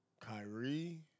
Kyrie